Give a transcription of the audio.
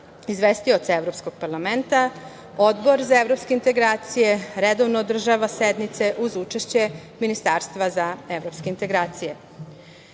izvestioca Evropskog parlamenta. Odbor za evropske integracije redovno održava sednice uz učešće Ministarstva za evropske integracije. Sigurno